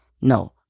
No